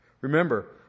Remember